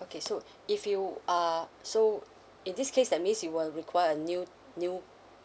okay so if you are so in this case that means you will require a new new